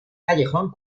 callejón